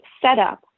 setup